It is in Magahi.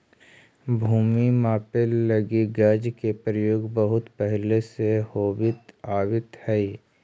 भूमि मापे लगी गज के प्रयोग बहुत पहिले से होवित आवित हइ